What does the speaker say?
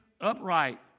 Upright